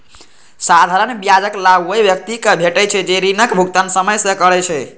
साधारण ब्याजक लाभ ओइ व्यक्ति कें भेटै छै, जे ऋणक भुगतान समय सं करै छै